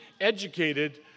educated